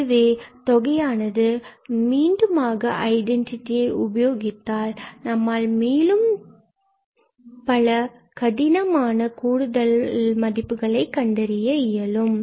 இதுவே தொகையானது மீண்டுமாக ஐடென்டிட்டியை உபயோகித்தால் நம்மால் மேலும் பல கடினமான கூடுதல் மதிப்புகளை கண்டறிய இயலும்